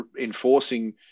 enforcing